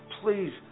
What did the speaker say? please